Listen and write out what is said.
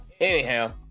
anyhow